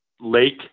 lake